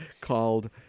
called